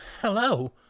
hello